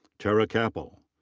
tara capel.